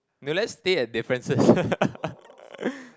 no let's stay at differences